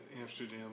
Amsterdam